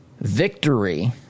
victory